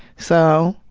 so,